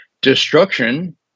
destruction